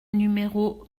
numéro